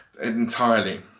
entirely